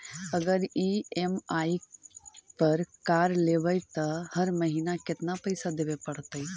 अगर ई.एम.आई पर कार लेबै त हर महिना केतना पैसा देबे पड़तै?